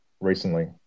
recently